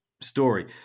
story